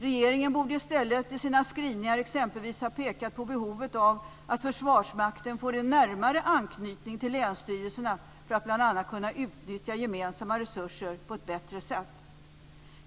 Regeringen borde i stället i sina skrivningar exempelvis ha pekat på behovet av att Försvarsmakten får en närmare anknytning till länsstyrelserna för att bl.a. kunna utnyttja gemensamma resurser på ett bättre sätt.